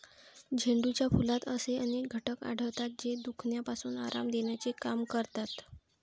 झेंडूच्या फुलात असे अनेक घटक आढळतात, जे दुखण्यापासून आराम देण्याचे काम करतात